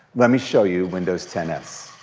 let me show you windows ten s.